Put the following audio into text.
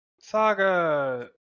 Saga